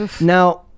Now